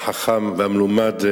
והחכם והמלומד,